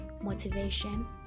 motivation